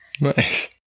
Nice